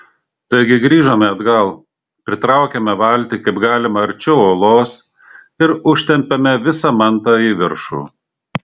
taigi grįžome atgal pritraukėme valtį kaip galima arčiau uolos ir užtempėme visą mantą į viršų